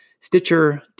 Stitcher